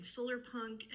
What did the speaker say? Solarpunk